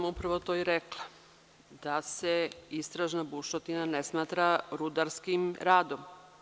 Ja sam upravo to i rekla, da se istražna bušotina ne smatra rudarskim radom.